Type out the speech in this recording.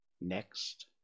Next